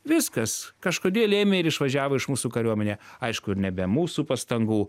viskas kažkodėl ėmė ir išvažiavo iš mūsų kariuomenė aišku ir ne be mūsų pastangų